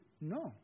No